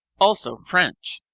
also french.